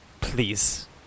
please